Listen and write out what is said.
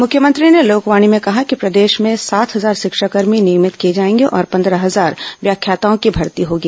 मुख्यमंत्री ने लोकवाणी में कहा कि प्रदेश में सात हजार शिक्षाकर्मी नियमित किए जाएंगे और पंद्रह हजार व्याख्याताओं की भर्ती होगी